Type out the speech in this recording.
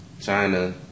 China